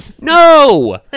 no